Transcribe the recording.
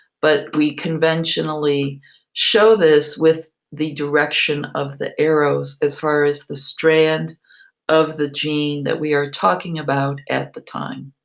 but we conventionally show this with the direction of the arrows as far as the strand of the gene that we are talking about at the time.